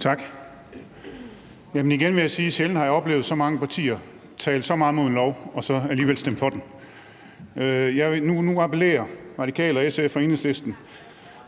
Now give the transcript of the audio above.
Tak. Igen vil jeg sige, at sjældent har jeg oplevet så mange partier tale så meget imod et lovforslag og så alligevel stemme for det. Nu appellerer Radikale, SF og Enhedslisten